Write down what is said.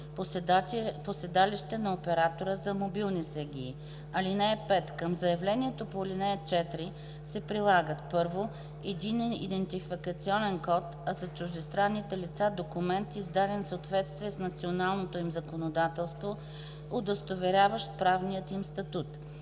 по седалище на оператора – за мобилни СГИ. (5) Към заявлението по ал. 4 се прилагат: 1. единен идентификационен код, а за чуждестранните лица – документ, издаден в съответствие с националното им законодателство, удостоверяващ правния им статус;